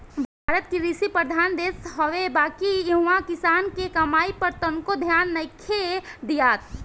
भारत कृषि प्रधान देश हवे बाकिर इहा किसान के कमाई पर तनको ध्यान नइखे दियात